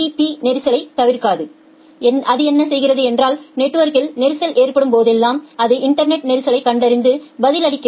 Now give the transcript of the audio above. B நெரிசலைத் தவிர்க்காது அது என்ன செய்கிறது என்றால் நெட்வொர்க்கில் நெரிசல் ஏற்படும் போதெல்லாம் அது இன்டர்நெட்டில் நெரிசலைக் கண்டறிந்து பதிலளிக்கிறது